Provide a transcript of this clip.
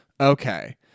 Okay